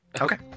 Okay